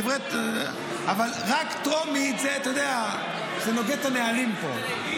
אבל רק טרומית, אתה יודע, זה נוגד את הנהלים פה.